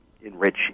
enrich